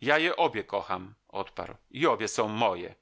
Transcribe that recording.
ja je obie kocham odparł i obie są moje